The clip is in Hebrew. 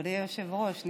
אדוני היושב-ראש,